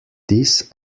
this